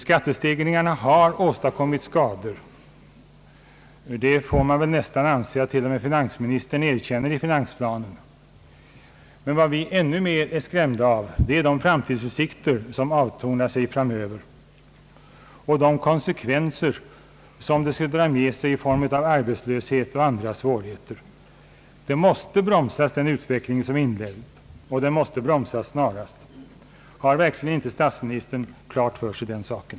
Skattestegringarna har åstadkommit skador — man får närmast intrycket att t.o.m. finansmi nistern erkänner det i finansplanen — men vi är ännu mer skrämda av utsikterna för framtiden och de konsekvenser som en ytterligare stegring skulle få i form av arbetslöshet och andra svårigheter. Den utveckling som är inledd måste bromsas, och den måste bromsas snarast. Har verkligen inte statsministern detta klart för sig?